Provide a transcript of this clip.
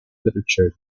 literature